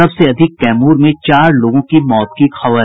सबसे अधिक कैमूर में चार लोगों की मौत की खबर